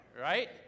right